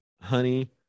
honey